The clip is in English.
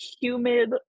humid